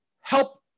help